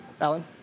Alan